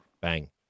bang